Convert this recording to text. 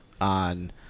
On